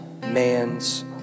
man's